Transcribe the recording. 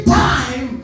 time